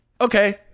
okay